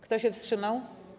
Kto się wstrzymał?